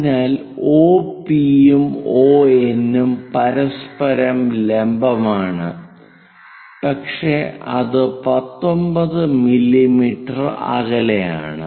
അതിനാൽ ഒപി യും ഉം പരസ്പരം ലംബമാണ് പക്ഷേ അത് 19 മില്ലീമീറ്റർ അകലെയാണ്